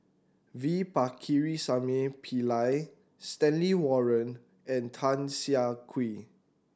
V Pakirisamy Pillai Stanley Warren and Tan Siah Kwee